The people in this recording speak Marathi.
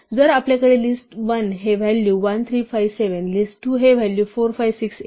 तर जर आपल्याकडे list1 हे व्हॅल्यू 1 3 5 7 list2 हे व्हॅल्यू 4 5 6 8